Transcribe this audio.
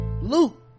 Luke